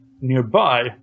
nearby